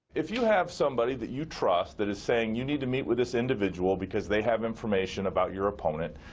if you have somebody that you trust that is saying you need to meet with this individual because they have information about your opponent,